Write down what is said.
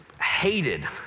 hated